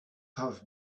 have